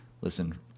listen